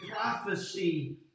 prophecy